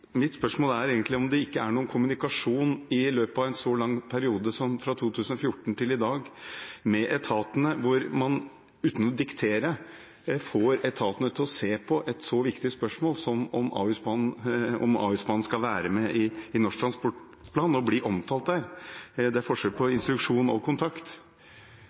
Mitt spørsmål er egentlig om det ikke er noen kommunikasjon med etatene i løpet av en så lang periode som fra 2014 til i dag, hvor man uten å diktere får etatene til å se på et så viktig spørsmål om Ahusbanen skal være med i Nasjonal transportplan og bli omtalt der. Det er forskjell på instruksjon og kontakt.